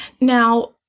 Now